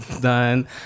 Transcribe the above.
done